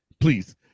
please